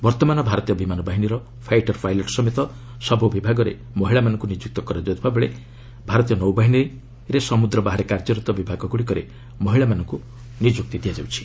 ବର୍ତ୍ତମାନ ଭାରତୀୟ ବିମାନ ବାହିନୀର ଫାଇଟର ପାଇଲଟ ସମେତ ସବୁ ବିଭାଗରେ ମହିଳାମାନଙ୍କୁ ନିଯୁକ୍ତ କରାଯାଉଥିବାବେଳେ ଭାରତୀୟ ନୌବାହିନୀରେ ସମୁଦ୍ର ବାହାରେ କାର୍ଯ୍ୟରତ ବିଭାଗଗୁଡ଼ିକରେ ମହିଳାମାନଙ୍କୁ ନିଯୁକ୍ତ ଦିଆଯାଉଛି